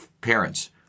parents